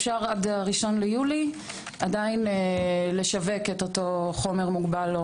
אפשר עד 1 ביולי עדיין לשווק את אותו חומר מוגבל.